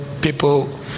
people